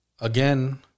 again